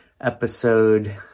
episode